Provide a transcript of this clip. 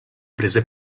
prese